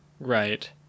right